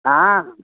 हा